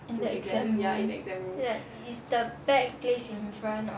in the exam room like is the bag place in front or